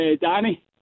Danny